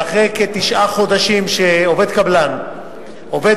ואחרי שתשעה חודשים שעובד קבלן עובד